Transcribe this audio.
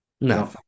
No